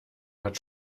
hat